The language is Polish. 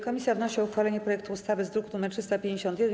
Komisja wnosi o uchwalenie projektu ustawy z druku nr 351.